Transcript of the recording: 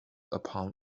upon